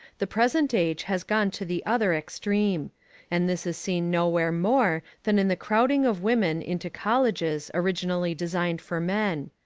the present age has gone to the other extreme and this is seen nowhere more than in the crowding of women into colleges originally designed for men.